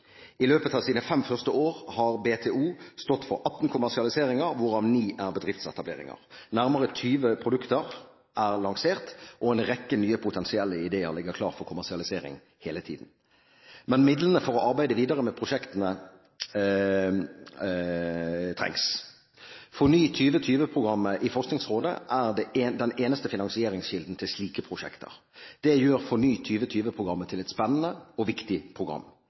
I løpet av sine fem første år har BTO stått for 18 kommersialiseringer, hvorav ni er bedriftsetableringer. Nærmere 20 produkter er lansert, og en rekke potensielle ideer ligger klar for kommersialisering hele tiden. Men midlene for å arbeide videre med prosjektene trengs. FORNY2020-programmet i Forskningsrådet er den eneste finansieringskilden til slike prosjekter. Det gjør FORNY2020-programmet til et spennende og viktig program.